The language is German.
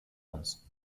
uns